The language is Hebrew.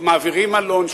מעבירים מלון,